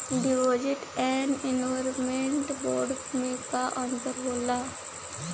Deposit and investment bond मे का अंतर होला?